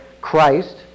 Christ